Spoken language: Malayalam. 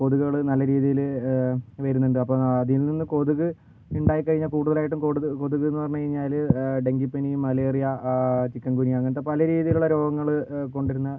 കൊതുകുകൾ നല്ല രീതിയിൽ വരുന്നുണ്ട് അപ്പോൾ അതിൽ നിന്നുള്ള കൊതുക് ഉണ്ടായി കഴിഞ്ഞാൽ കൂടുതലായിട്ടും കൊടു കൊതുകെന്ന് പറഞ്ഞു കഴിഞ്ഞാൽ ഡെങ്കിപ്പനി മലേറിയ ചിക്കൻഗുനിയ അങ്ങനത്തെ പല രീതിയിലുള്ള രോഗങ്ങൾ കൊണ്ടു വരുന്ന